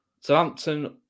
Southampton